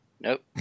Nope